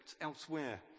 elsewhere